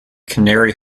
canary